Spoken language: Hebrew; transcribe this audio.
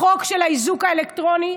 החוק של האיזוק האלקטרוני,